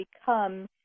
become